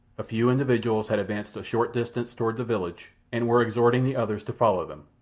a few individuals had advanced a short distance toward the village and were exhorting the others to follow them.